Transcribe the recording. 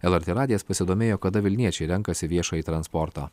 lrt radijas pasidomėjo kada vilniečiai renkasi viešąjį transportą